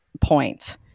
point